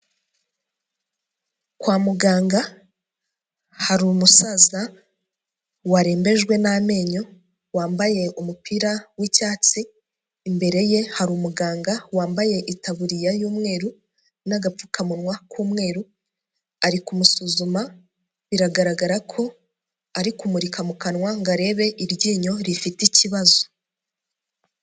Kwa muganga hari umusaza warembejwe n'amenyo wambaye umupira w'icyatsi, imbere ye hari umuganga wambaye itaburiya y'umweru n'agapfukamunwa k'umweru ari kumusuzuma, biragaragara ko ari kumurika mu kanwa ngo arebe iryinyo rifite ikibazo.